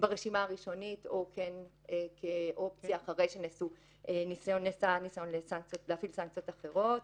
ברשימה הראשונית או כאופציה אחרי שנעשה ניסיון להפעיל סנקציות אחרות,